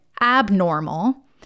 abnormal